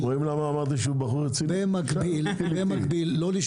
לצד האמירה הנכונה הזאת שלו,